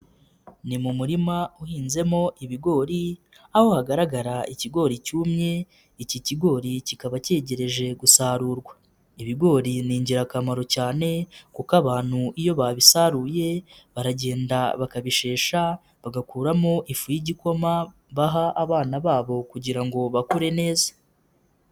Ni mu murima uhinzemo ibigori aho hagaragara ikigori cyumye iki kigori kikaba cyegereje gusarurwa, ibigori ni ingirakamaro cyane kuko abantu iyo babisaruye baragenda bakabishesha bagakuramo ifu y'igikoma baha abana babo kugira ngo bakure neza.